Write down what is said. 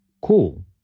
cool